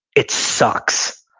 it sucks.